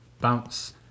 bounce